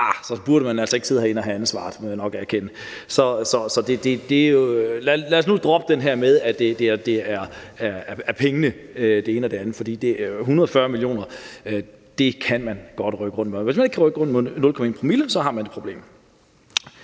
så burde man altså ikke sidde herinde og have ansvaret, må jeg nok sige. Så lad os nu droppe den her med, at det er pengene, det handler om, for 140 mio. kr. kan man godt rykke rundt på. Og hvis man ikke kan rykke rundt på 0,1 promille, har man et problem.